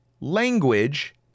language